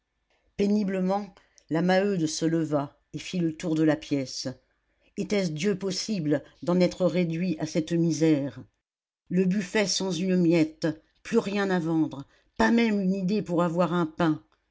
péniblement la maheude se leva et fit le tour de la pièce était-ce dieu possible d'en être réduit à cette misère le buffet sans une miette plus rien à vendre pas même une idée pour avoir un pain